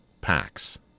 packs